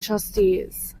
trustees